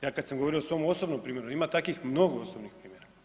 Ja kad sam govorio o svom osobnom primjeru, ima takvih mnogo osobnih primjera.